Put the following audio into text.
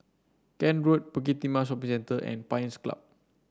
Kent Road Bukit Timah Shopping Centre and Pines Club